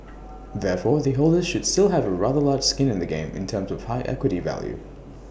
therefore the holders should still have A rather large skin in the game in terms of A high equity value